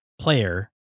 player